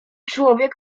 człowiek